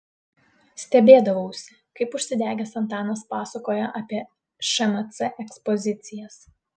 stebėdavausi kaip užsidegęs antanas pasakoja apie šmc ekspozicijas